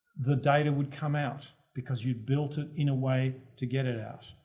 the data would come out, because you built it in a way, to get it out.